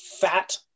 fat